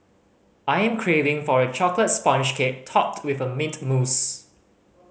I'm craving for a chocolate sponge cake topped with mint mousse